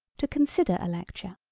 to consider a lecture,